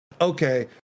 okay